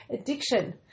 addiction